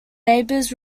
neighbors